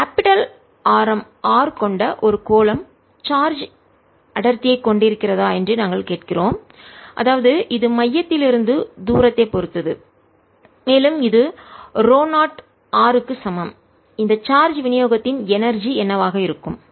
capital ஆரம் R கொண்ட ஒரு கோளம் சார்ஜ் அடர்த்தியைக் கொண்டிருக்கிறதா என்று நாங்கள் கேட்கிறோம்அதாவது இது மையத்திலிருந்து தூரத்தைப் பொறுத்தது மேலும் இது ρ0 க்கு சமம் இந்த சார்ஜ் விநியோகத்தின் எனர்ஜி ஆற்றல் என்னவாக இருக்கும்